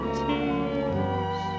tears